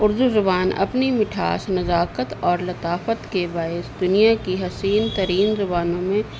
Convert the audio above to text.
اردو زبان اپنی مٹھاس نذاکت اور لطافت کے باعث دنیا کی حسین ترین زبانوں میں